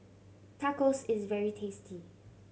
tacos is very tasty